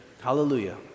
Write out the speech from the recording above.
hallelujah